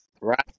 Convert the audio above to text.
Right